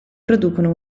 producono